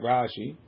Rashi